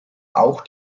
auch